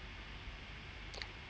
I mean ya lah but